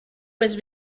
was